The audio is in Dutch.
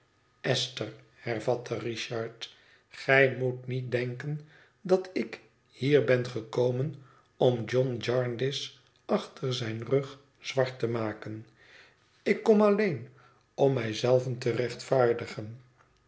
esther hervatte richard gij moet niet denken dat ik hier ben gekomen om john jarndyce achter zijn rug zwart te maken ik kom alleen om mij zelven te rechtvaardigen